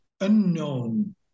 unknown